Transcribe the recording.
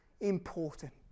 important